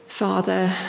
Father